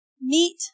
meet